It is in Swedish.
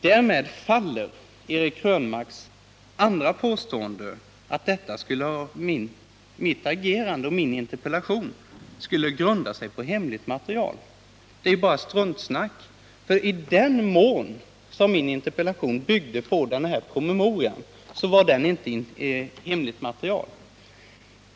Därmed faller Eric Krönmarks andra påstående, att mitt agerande och min interpellation skulle grunda sig på hemligt material. Det är bara struntsnack, för även om min interpellation skulle ha byggt på den här promemorian var den inte hemligt material.